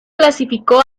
clasificó